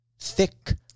thick